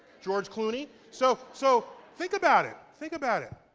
george clooney? so, so think about it. think about it.